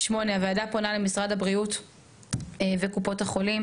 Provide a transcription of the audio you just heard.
8. הוועדה פונה למשרד הבריאות ולקופות החולים,